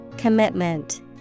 Commitment